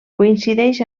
coincideix